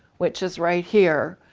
which is right here,